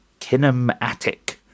kinematic